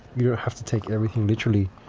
you don't have to take everything literally.